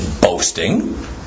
boasting